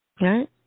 right